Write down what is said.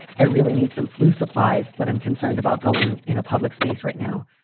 i really need some flu supplies, but i'm concerned about going in a public space right now.